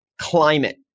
climate